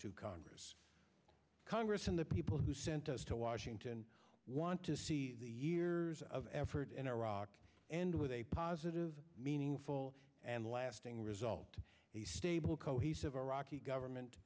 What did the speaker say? to congress congress and the people who sent us to washington want to see years of effort in iraq and with a positive meaningful and lasting result a stable cohesive iraqi government